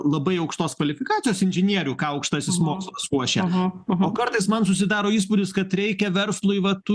labai aukštos kvalifikacijos inžinierių ką aukštasis mokslas ruošia o kartais man susidaro įspūdis kad reikia verslui vat tų